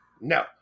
No